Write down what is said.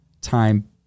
time